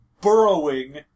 burrowing